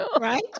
Right